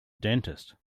dentist